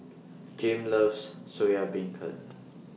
Jame loves Soya Beancurd